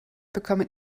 bekommen